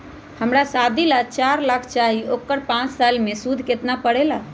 हमरा शादी ला चार लाख चाहि उकर पाँच साल मे सूद कितना परेला?